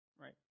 Right